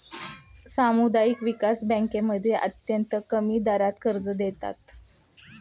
सामुदायिक विकास बँकांमध्ये अत्यंत कमी दरात कर्ज देतात